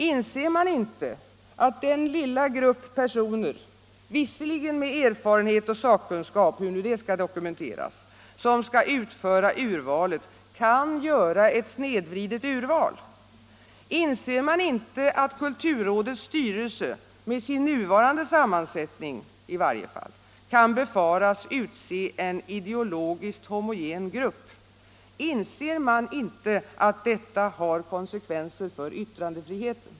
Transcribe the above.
Inser man inte att den lilla grupp personer — visserligen med erfarenhet och sakkunskap, hur nu det skall dokumenteras — som skall utföra urvalet kan göra ett snedvridet urval? Inser man inte att kulturrådets styrelse, med sin nuvarande sammansättning i varje fall, kan befaras utse en ideologiskt homogen grupp? Inser man inte att detta har konsekvenser för yttrandefriheten?